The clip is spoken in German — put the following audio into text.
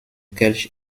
kelch